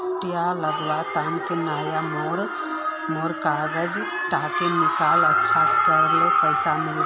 भुट्टा लगवार तने नई मोर काजाए टका नि अच्छा की करले पैसा मिलबे?